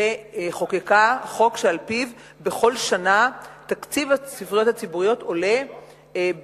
חוקקה חוק שעל-פיו בכל שנה תקציב הספריות הציבוריות עולה.